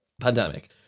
pandemic